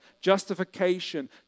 Justification